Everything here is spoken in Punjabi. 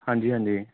ਹਾਂਜੀ ਹਾਂਜੀ